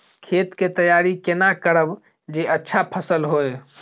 खेत के तैयारी केना करब जे अच्छा फसल होय?